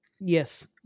yes